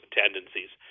tendencies